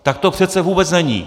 Tak to přece vůbec není!